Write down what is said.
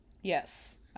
Yes